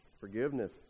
Forgiveness